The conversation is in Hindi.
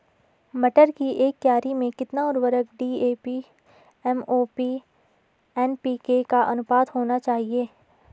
मटर की एक क्यारी में कितना उर्वरक डी.ए.पी एम.ओ.पी एन.पी.के का अनुपात होना चाहिए?